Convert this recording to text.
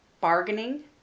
bargaining